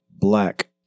black